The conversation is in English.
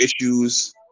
issues